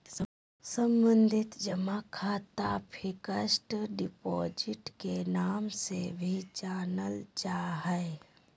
सावधि जमा खाता फिक्स्ड डिपॉजिट के नाम से भी जानल जा हय